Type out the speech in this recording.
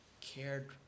cared